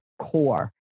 core